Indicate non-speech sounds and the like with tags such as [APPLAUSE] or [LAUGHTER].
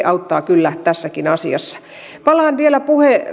[UNINTELLIGIBLE] auttaa kyllä tässäkin asiassa palaan vielä